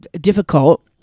difficult